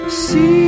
See